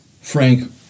Frank